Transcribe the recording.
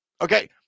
Okay